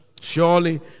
Surely